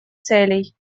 целей